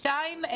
שניים,